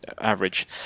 average